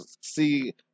see